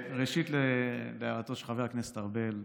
ראשית, לגבי הערתו של חבר הכנסת ארבל,